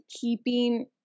keeping